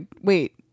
wait